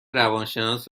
روانشناس